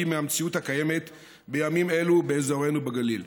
מהמציאות הקיימת בימים אלו באזורנו בגליל.